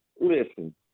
Listen